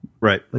Right